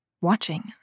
watching